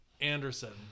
Anderson